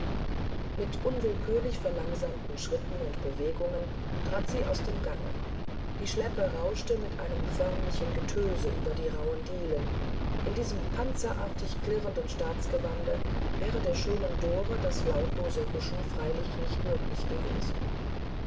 mit unwillkürlich verlangsamten schritten und bewegungen trat sie aus dem gange die schleppe rauschte mit einem förmlichen getöse über die rauhen dielen in diesem panzerartig klirrenden staatsgewande wäre der schönen dore das lautlose huschen freilich nicht möglich gewesen